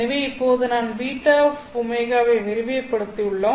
எனவே இப்போது நாம் βω ஐ விரிவுபடுத்தியுள்ளோம்